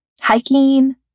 hiking